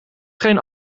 geen